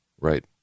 Right